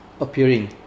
appearing